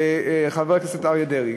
וחבר הכנסת אריה דרעי,